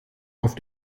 auf